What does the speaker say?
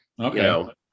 Okay